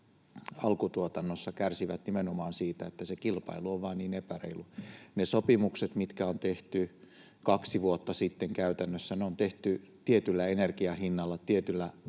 alkutuotannossa kärsivät nimenomaan siitä, että kilpailu on vain niin epäreilu. Ne sopimukset, mitkä on tehty kaksi vuotta sitten käytännössä, on tehty tietyllä energiahinnalla, tietyllä